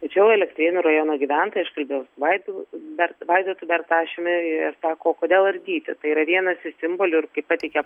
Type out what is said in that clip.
tačiau elektrėnų rajono gyventojai aš kalbėjau vaidotu bert vaidotu bertašiumi jie sako kodėl ardyti yra vienas iš simbolių ir kai pateikė